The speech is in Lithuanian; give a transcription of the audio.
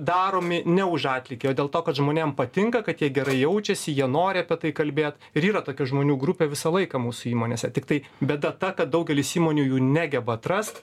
daromi ne už atlygį o dėl to kad žmonėm patinka kad jie gerai jaučiasi jie nori apie tai kalbėt ir yra tokia žmonių grupė visą laiką mūsų įmonėse tiktai bėda ta kad daugelis įmonių jų negeba atrast